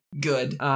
Good